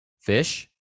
Fish